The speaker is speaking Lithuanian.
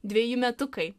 dveji metukai